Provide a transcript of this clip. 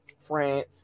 France